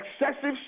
excessive